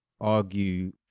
argue